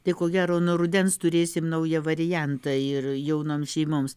tai ko gero nuo rudens turėsim naują variantą ir jaunoms šeimoms